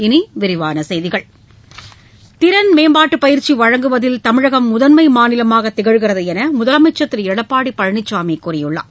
இனி விரிவான செய்திகள் திறன் மேம்பாட்டு பயிற்சி வழங்குவதில் தமிழகம் முதன்மை மாநிலமாக திகழ்கிறது என்று முதலமைச்சர் திரு எடப்பாடி பழனிசாமி கூறியுள்ளார்